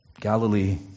Galilee